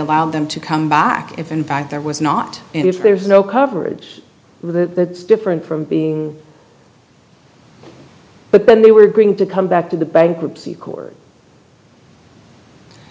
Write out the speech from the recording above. allows them to come back if in fact there was not and if there's no coverage of the different from being but then we were going to come back to the bankruptcy court